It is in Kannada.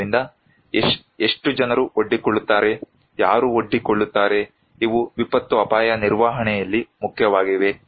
ಆದ್ದರಿಂದ ಎಷ್ಟು ಜನರು ಒಡ್ಡಿಕೊಳ್ಳುತ್ತಾರೆ ಯಾರು ಒಡ್ಡಿಕೊಳ್ಳುತ್ತಾರೆ ಇವು ವಿಪತ್ತು ಅಪಾಯ ನಿರ್ವಹಣೆಯಲ್ಲಿ ಮುಖ್ಯವಾಗಿವೆ